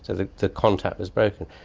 so the the contact was broken.